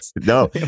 no